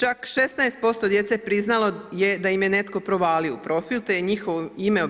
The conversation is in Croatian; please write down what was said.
Čak 16% djece priznalo je da im je netko provalio u profil te je njihovo ime